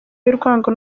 y’urwango